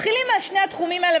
מתחילים משני התחומים האלה,